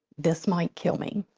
this might kill me.